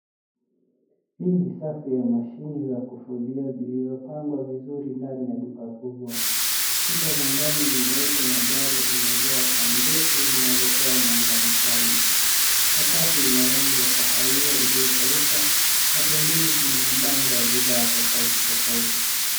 Hii ni safu ya mashine za kufulia zilizopangwa vizuri ndani ya duka kubwa. Kuta za ndani ni nyeupe, na dari imejaa taa ndefu zinazotoa mwanga mkali. Sakafu, ina rangi ya kahawia, iliyopauka, na pembeni kuna mabango ya bidhaa tofauti tofauti.